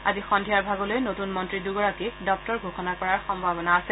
আজি সদ্ধিয়াৰ ভাগলৈ নতুন মন্ত্ৰী দুগৰাকীক দপ্তৰ ঘোষণা কৰাৰ সভাৱনা আছে